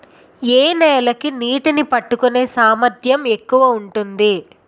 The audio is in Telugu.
ఏ నేల కి నీటినీ పట్టుకునే సామర్థ్యం ఎక్కువ ఉంటుంది?